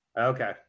Okay